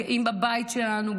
גאים בבית שלנו,